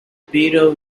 beetle